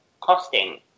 costing